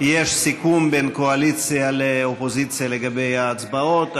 יש סיכום בין הקואליציה לאופוזיציה לגבי ההצבעות.